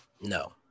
no